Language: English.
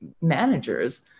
managers